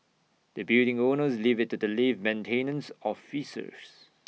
the building owners leave IT to the lift maintenance officers